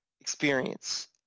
experience